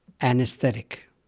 anesthetic